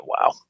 wow